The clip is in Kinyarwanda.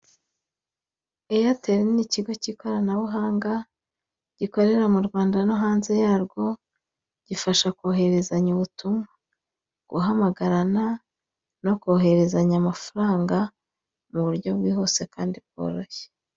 Eyateri ni ikigo cy'ikoranabuhanga gikorera mu Rwanda no hanze yarwo. Gifasha kohererezanya ubutumwa, guhamagarana no kohererezanya amafaranga ku buryo bwihuse kandi bworoshye.